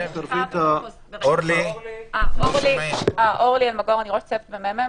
שמי אורלי אלמגור, ואני ראש צוות במ.מ.מ.